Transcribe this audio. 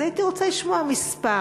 אז הייתי רוצה לשמוע מספר.